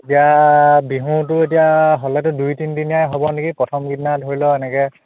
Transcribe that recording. এতিয়া বিহুটো এতিয়া হ'লেতো দুই তিনিদিনীয়াই হ'ব নেকি প্ৰথম কেইদিনা ধৰি ল এনেকৈ